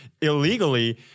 illegally